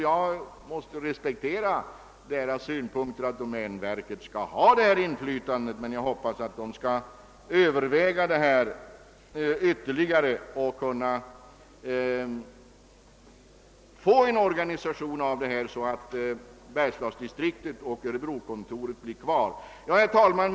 Jag måste respektera deras synpunkter att domänverket bör ha ett sådant här inflytande, men jag hoppas de skall överväga saken ytterligare och söka få en organisation, som medför att bergslagsdistriktet och örebrokontoret bibehålles. Herr talman!